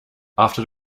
after